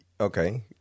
Okay